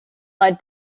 led